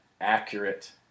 accurate